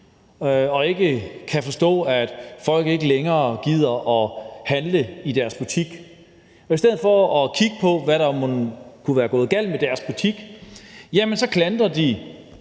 og ikke kan forstå, at folk ikke længere gider at handle i deres butik, og i stedet for at kigge på, hvad der mon kunne være gået galt med deres butik, klandrer både